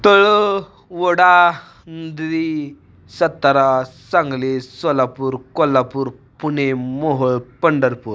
तळं ओढा नदी सातारा सांगली सोलापूर कोल्हापूर पुणे मोहोळ पंढरपूर